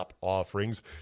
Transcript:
offerings